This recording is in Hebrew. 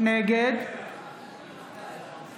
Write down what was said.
נגד אימאן ח'טיב יאסין,